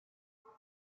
out